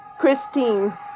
Christine